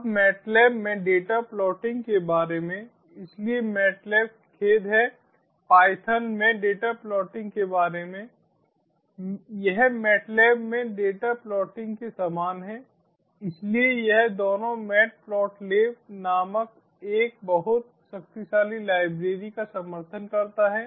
अब मैटलैब में data plotting के बारे में इसलिए मैटलैब खेद है पाइथन में डेटा प्लॉटिंग के बारे में यह मैटलैब में डेटा प्लॉटिंग के समान है इसलिए यह दोनों मैटप्लोट्लिब नामक एक बहुत शक्तिशाली लाइब्रेरी का समर्थन करता है